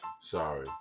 Sorry